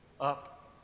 up